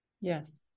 yes